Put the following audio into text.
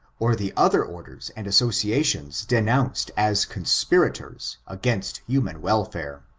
or the other orders and associations denounced as conspirators against human welfare.